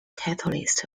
catalyst